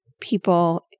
people